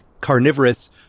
carnivorous